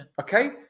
Okay